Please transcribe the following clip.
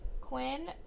Quinn